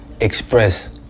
express